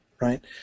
right